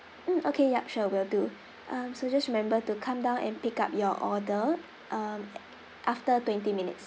mm okay yup sure will do um so just remember to come down and pick up your order um after twenty minutes